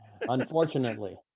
Unfortunately